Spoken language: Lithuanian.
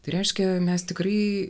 tai reiškia mes tikrai